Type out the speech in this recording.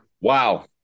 Wow